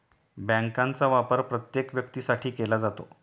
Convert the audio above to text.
बँकांचा वापर प्रत्येक व्यक्तीसाठी केला जातो